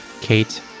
Kate